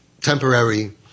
temporary